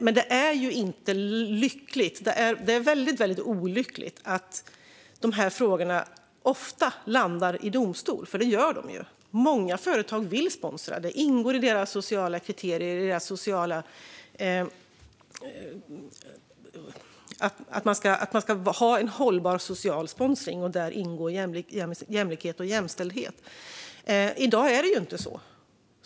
Men det är inte lyckligt, utan väldigt olyckligt, att dessa frågor ofta landar i domstol. Många företag vill sponsra. Det ingår i deras sociala kriterier att de ska ha en hållbar social sponsring, och där ingår jämlikhet och jämställdhet. I dag är det inte så.